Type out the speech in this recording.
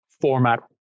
format